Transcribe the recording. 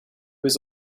was